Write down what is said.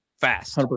fast